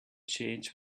changed